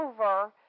over